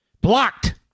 Blocked